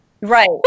right